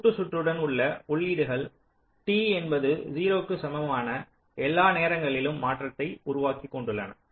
கூட்டுச் சுற்றுடன் உள்ள உள்ளீடுகள் T என்பது 0 க்கு சமம்மனா எல்லா நேரங்களிலும் மாற்றத்தை உருவாக்கிக் கொண்டுள்ளன